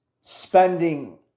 spending